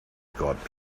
got